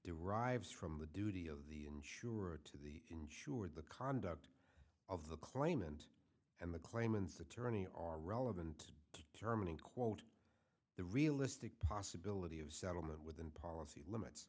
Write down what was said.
derives from the duty of the insurer to the insured the conduct of the claimant and the claimants attorney are relevant to determining quote the realistic possibility of settlement within policy limits